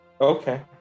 Okay